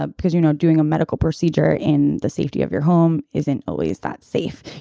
ah because you know doing a medical procedure in the safety of your home isn't always that safe.